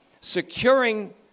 securing